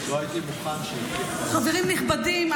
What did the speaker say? חברים נכבדים,